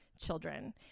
children